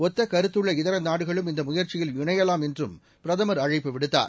ஒத்த கருத்துள்ள இதர நாடுகளும் இந்த முயற்சியில் இணையலாம் என்றும் பிரதமர் அழைப்பு விடுத்தார்